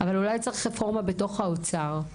אבל אולי צריך רפורמה בתוך האוצר.